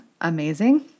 amazing